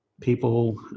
people